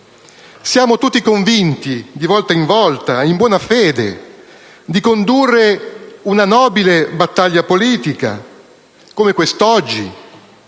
Siamo tutti convinti, di volta in volta, in buona fede, di condurre una nobile battaglia politica, come quest'oggi